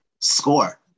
score